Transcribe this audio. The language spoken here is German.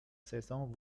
saison